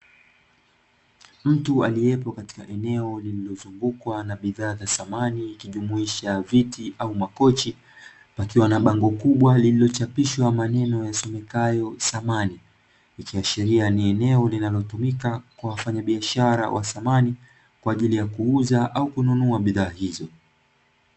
Mtu aliyepo katika eneo lililozungukwa na bidhaa za samani, ikijumuisha viti au makochi, akiwa na bango kubwa lililochapishwai maneno yasomekayo samani, ikiashiria ni eneo linalotumika kwa wafanyabiashara wa samani kwa ajili ya kuuza au kununua bidhaa hizo